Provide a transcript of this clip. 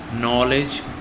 knowledge